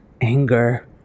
anger